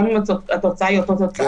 גם אם התוצאה היא אותה תוצאה.